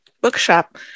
Bookshop